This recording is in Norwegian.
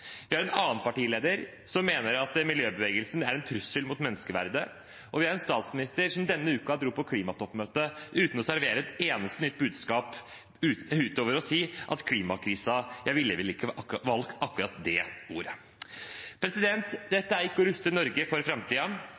Vi har en annen partileder som mener at miljøbevegelsen er en trussel mot menneskeverdet, og vi har en statsminister som denne uken dro på klimatoppmøtet uten å servere et eneste nytt budskap utover å si at når det gjelder klimakrisen, ville hun ikke valgt akkurat det ordet. Dette er ikke å ruste Norge for